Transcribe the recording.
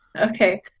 okay